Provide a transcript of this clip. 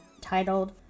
titled